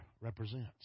represents